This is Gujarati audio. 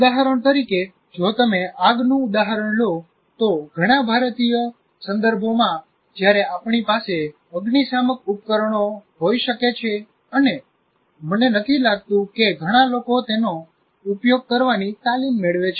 ઉદાહરણ તરીકે જો તમે આગનું ઉદાહરણ લો તો ઘણા ભારતીય સંદર્ભોમાં જ્યારે આપણી પાસે અગ્નિશામક ઉપકરણો હોઈ શકે છે અને મને નથી લાગતું કે ઘણા લોકો તેનો ઉપયોગ કરવાની તાલીમ મેળવે છે